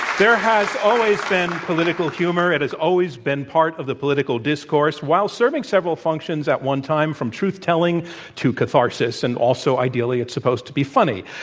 there has always been political humor. it has always been part of the political discourse while serving several functions at one time, from truth telling to catharsis and also, ideally, it's supposed to be funny,